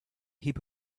heap